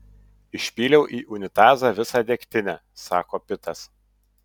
išpyliau į unitazą visą degtinę sako pitas